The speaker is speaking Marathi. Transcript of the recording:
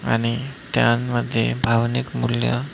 आणि त्यामध्ये भावनिक मूल्य